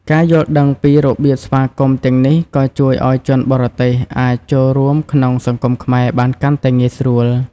ការយល់ដឹងពីរបៀបស្វាគមន៍ទាំងនេះក៏ជួយឲ្យជនបរទេសអាចចូលរួមក្នុងសង្គមខ្មែរបានកាន់តែងាយស្រួល។